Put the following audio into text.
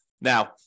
Now